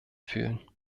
fühlen